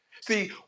see